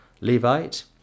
Levite